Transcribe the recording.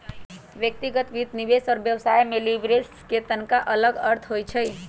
व्यक्तिगत वित्त, निवेश और व्यवसाय में लिवरेज के तनका अलग अर्थ होइ छइ